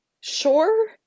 sure